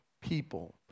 people